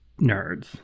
nerds